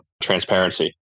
transparency